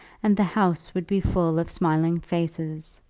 and the house would be full of smiling faces.